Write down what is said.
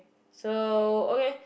so okay